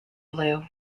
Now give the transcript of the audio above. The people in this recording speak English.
blue